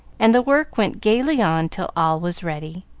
and the work went gayly on till all was ready.